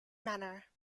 manner